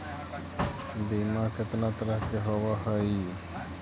बीमा कितना तरह के होव हइ?